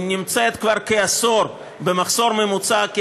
היא נמצאת כבר כעשור במחסור ממוצע של